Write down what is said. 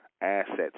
assets